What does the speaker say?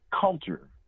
culture